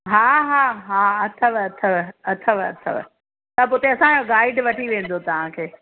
हा हा हा अथव अथव अथव अथव सभु उते असांजो गाईड वठी वेंदव तव्हांखे